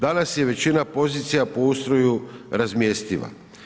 Danas je većina pozicija po ustroju razmjestiva.